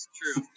true